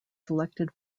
selected